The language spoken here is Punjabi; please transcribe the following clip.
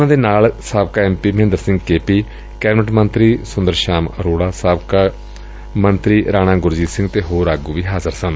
ਉਨ੍ਹਾਂ ਦੇ ਨਾਲ ਸਾਬਕਾ M P Mahinder Singh KP cabinet ਮੰਤਰੀ ਸੁੰਦਰ ਸ਼ਾਮ ਅਰੋਤਾ ਸਾਬਕਾ ਮੰਤਰੀ ਰਾਣਾ ਗੁਰਜੀਤ ਸਿੰਘ ਅਤੇ ਹੋਰ ਆਗੁ ਵੀ ਹਾਜ਼ਰ ਸਨ